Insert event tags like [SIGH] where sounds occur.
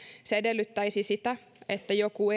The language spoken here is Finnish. se edellyttäisi sitä että joku [UNINTELLIGIBLE]